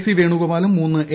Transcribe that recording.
C വേണുഗോപാലും മൂന്ന് A